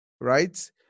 right